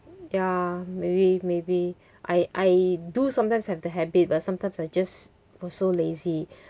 ya maybe maybe I I do sometimes have the habit but sometimes I just so lazy